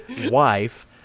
wife